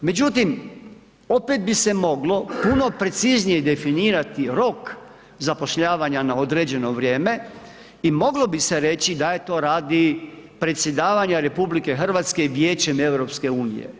Međutim, opet bi se moglo puno preciznije definirati rok zapošljavanja na određeno vrijeme i mogli bi se reći da je to radi predsjedavanja RH Vijećem EU.